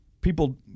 People